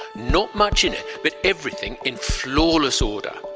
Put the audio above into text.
not much in it, but everything in flawless order.